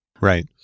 Right